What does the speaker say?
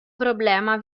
problema